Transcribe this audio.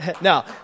Now